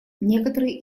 некоторые